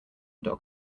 dog